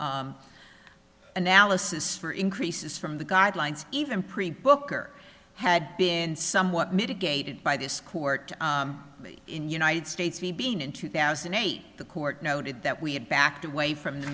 analysis for increases from the guidelines even pre book or had been somewhat mitigated by this court in united states v being in two thousand and eight the court noted that we had backed away from the